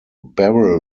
barrel